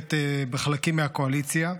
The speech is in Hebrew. שנרקמת בחלקים מהקואליציה.